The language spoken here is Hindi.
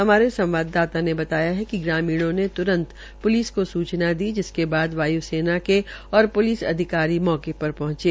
हमारे संवाददाता ने बताया कि ग्रामीणों ने त्रंत प्लिस को सूचना दी जिसके बाद वायुसेना के और प्लिस अधिकारी मौके पर पहंचे